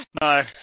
No